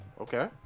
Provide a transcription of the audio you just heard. Okay